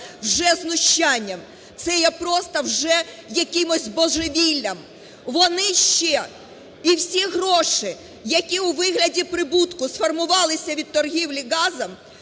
вже знущанням, це є просто вже якимось божевіллям, вони ще і всі гроші, які у вигляді прибутку сформувалися від торгівлі газом,